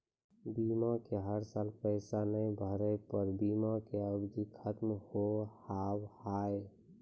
बीमा के हर साल पैसा ना भरे पर बीमा के अवधि खत्म हो हाव हाय?